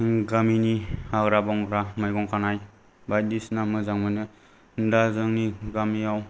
गामिनि हाग्रा बमग्रा मैगं खानाय बायदिसिना मोजां मोनो दा जोंनि गामियाव